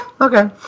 okay